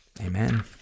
amen